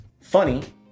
funny